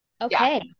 okay